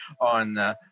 on